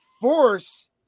force